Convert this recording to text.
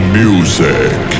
music